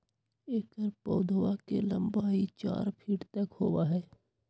एकर पौधवा के लंबाई चार फीट तक होबा हई